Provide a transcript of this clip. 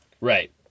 Right